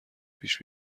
پیش